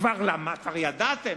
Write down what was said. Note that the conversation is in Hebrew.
כבר ידעתם.